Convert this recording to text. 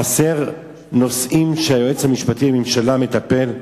חסרים נושאים שהיועץ המשפטי לממשלה מטפל בהם?